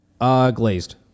Glazed